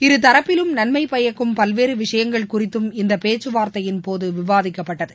இருதரப்பிலும் நன்மை பயக்கும் பல்வேறு விஷயங்கள் குறித்தம் இந்த பேச்சுவார்த்தையின்போது விவாதிக்கப்பட்டது